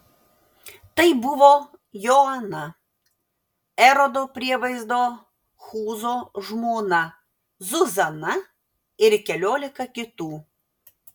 tai buvo joana erodo prievaizdo chūzo žmona zuzana ir keliolika kitų